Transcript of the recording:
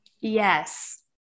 Yes